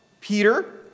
Peter